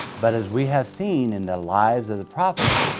but as we have seen in the lives of the prophets,